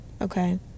okay